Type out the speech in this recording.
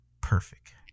Perfect